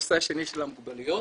והנושא השני של המוגבלויות.